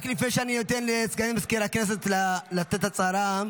רק לפני שאני נותן לסגנית מזכיר הכנסת לתת הודעה,